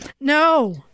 No